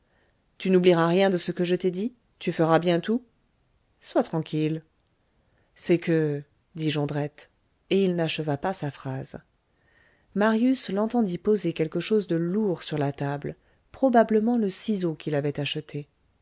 tu n'oublieras rien de ce que je t'ai dit tu feras bien tout sois tranquille c'est que dit jondrette et il n'acheva pas sa phrase marius l'entendit poser quelque chose de lourd sur la table probablement le ciseau qu'il avait acheté